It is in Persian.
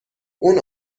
اون